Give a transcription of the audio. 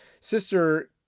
Sister